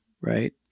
right